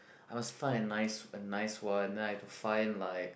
I must find a nice a nice one then I have to find like